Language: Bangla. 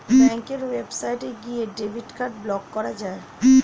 ব্যাঙ্কের ওয়েবসাইটে গিয়ে ডেবিট কার্ড ব্লক করা যায়